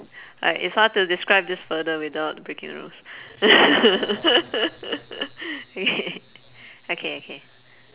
like it's hard to describe this further without breaking the rules okay okay okay